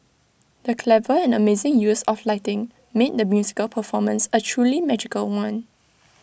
the clever and amazing use of lighting made the musical performance A truly magical one